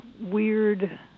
weird